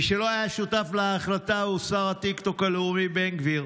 מי שלא היה שותף להחלטה הוא שר הטיקטוק הלאומי בן גביר.